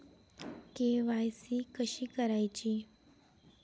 KYC कशी करायची?